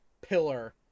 pillar